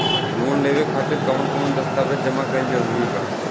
Loan लेवे खातिर कवन कवन दस्तावेज जमा कइल जरूरी बा?